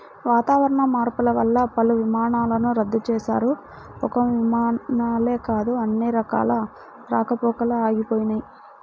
వాతావరణ మార్పులు వల్ల పలు విమానాలను రద్దు చేశారు, ఒక్క విమానాలే కాదు అన్ని రకాల రాకపోకలూ ఆగిపోయినయ్